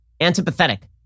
antipathetic